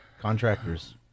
contractors